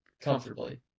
Comfortably